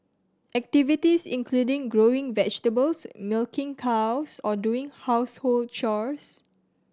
activities include growing vegetables milking cows or doing household chores